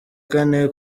kane